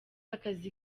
akazi